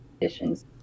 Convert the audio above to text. conditions